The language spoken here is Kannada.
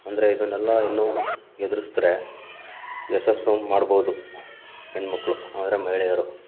ಅಂದರೆ ಇದನ್ನೆಲ್ಲ ಇನ್ನೂ ಎದರಿಸ್ದ್ರೆ ಯಶಸ್ಸು ಮಾಡ್ಬೋದು ಹೆಣ್ಣುಮಕ್ಳು ಅಂದರೆ ಮಹಿಳೆಯರು